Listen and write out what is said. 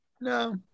No